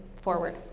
forward